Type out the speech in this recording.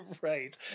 right